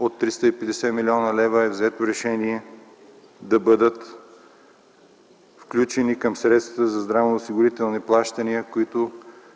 на политическо ниво е взето решение да бъдат включени към средствата за здравноосигурителни плащания, които